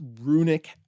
runic